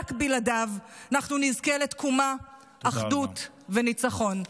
ורק בלעדיו אנחנו נזכה לתקומה, אחדות וניצחון.